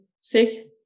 sick